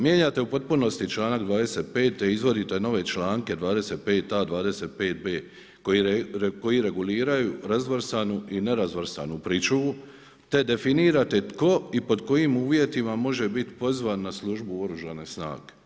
Mijenjate u potpunosti članak 25. izvodite nove članke 25a., 25b. koji reguliraju razvrstanu i nerazvrstanu pričuvu, te definirate tko i pod kojim uvjetima može bit pozvan na službu u Oružane snage.